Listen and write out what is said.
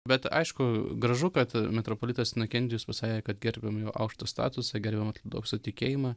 bet aišku gražu kad metropolitas inokentijus pasakė kad gerbiam jo aukštą statusą gerbiam ortodoksų tikėjimą